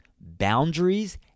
boundaries